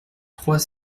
trois